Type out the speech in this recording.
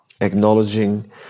acknowledging